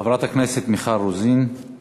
חברת הכנסת מיכל רוזין.